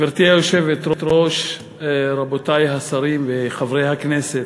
גברתי היושבת-ראש, רבותי השרים וחברי הכנסת,